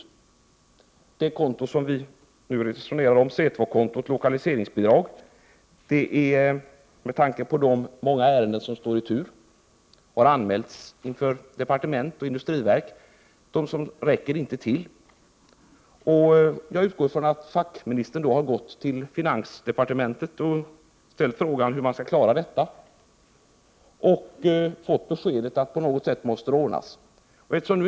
Pengarna på det konto som vi nu resonerar om — C 2-kontot, Lokaliseringsbidrag — räcker inte till med tanke på de många ärenden som har anmälts i departement och industriverk. Jag utgår från att fackministern då har gått till finansdepartementet och frågat hur man skall kunna klara av problemet, varvid hon fått beskedet att det måste ordnas på något sätt.